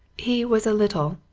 he was a little,